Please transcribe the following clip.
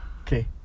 Okay